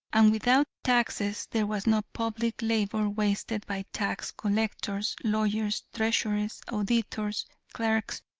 and without taxes there was no public labor wasted by tax collectors, lawyers, treasurers, auditors, clerks,